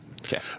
okay